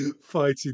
fighting